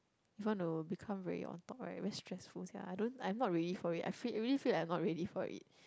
if want to become very on top right very stressful sia I don't I'm not ready for it I feel I really feel like I'm not ready for it